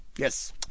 Yes